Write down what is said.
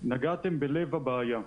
נגעתם בלב הבעיה.